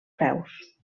peus